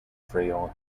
frail